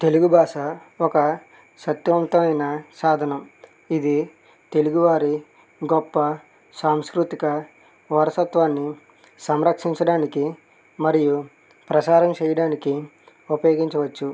తెలుగు భాష ఒక శక్తివంతమైన సాధనం ఇది తెలుగువారి గొప్ప సాంస్కృతిక వారసత్వాన్ని సంరక్షించడానికి మరియు ప్రచారం చేయడానికి ఉపయోగించవచ్చు